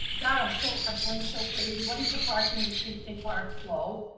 god, i'm so, i'm going so crazy. what is the parking in in park slow?